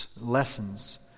lessons